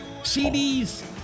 CDs